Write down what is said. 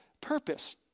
purpose